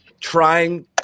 trying –